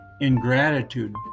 ingratitude